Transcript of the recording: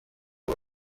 izo